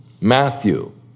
Matthew